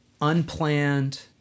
unplanned